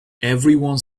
everyone